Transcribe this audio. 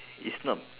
it's not